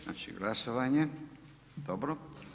Znači glasovanje, dobro.